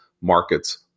markets